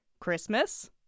Christmas